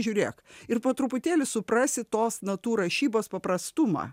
žiūrėk ir po truputėlį suprasi tos natų rašybos paprastumą